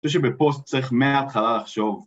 זה שבפוסט צריך מההתחלה לחשוב.